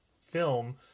film